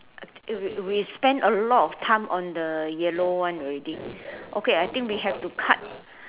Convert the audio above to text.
we we spent a lot of time on the yellow one already okay I think we have to cut